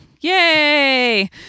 yay